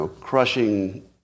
crushing